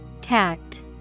Tact